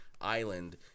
Island